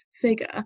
figure